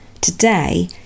today